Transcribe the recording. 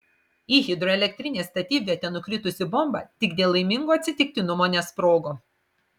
į hidroelektrinės statybvietę nukritusi bomba tik dėl laimingo atsitiktinumo nesprogo